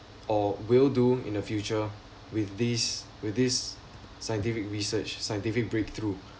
or will do in the future with this with this scientific research scientific breakthrough